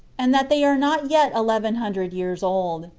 and that they are not yet eleven hundred years old.